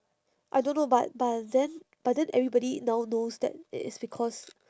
I don't know but but then but then everybody now knows that it is because